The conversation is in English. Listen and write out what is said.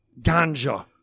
ganja